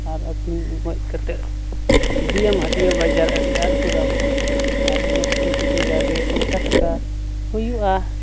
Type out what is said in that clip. ᱟᱨ ᱦᱟᱹᱠᱩ ᱜᱚᱡ ᱠᱟᱛᱮᱫ ᱤᱫᱤᱭᱮᱢ ᱦᱟᱹᱴᱤᱭᱟᱹ ᱵᱟᱡᱟᱨ ᱟᱹᱰᱤ ᱟᱸᱴ ᱠᱚ ᱫᱟᱢᱚᱜᱼᱟ ᱟᱨ ᱤᱱᱟᱹ ᱠᱚᱛᱮ ᱠᱤᱪᱩ ᱡᱟᱜᱮ ᱯᱚᱭᱥᱟ ᱴᱟᱠᱟ ᱦᱩᱭᱩᱜᱼᱟ